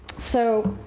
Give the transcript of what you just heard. so,